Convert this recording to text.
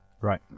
right